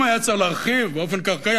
אם היה צריך להרחיב באופן קרקעי,